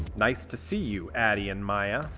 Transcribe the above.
nice to see you, addy and maya.